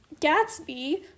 Gatsby